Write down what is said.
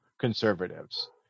conservatives